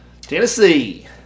Tennessee